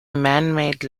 manmade